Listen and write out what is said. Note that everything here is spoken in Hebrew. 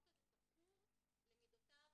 שואלת, כלומר,